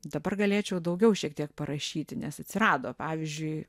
dabar galėčiau daugiau šiek tiek parašyti nes atsirado pavyzdžiui